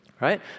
right